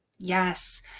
Yes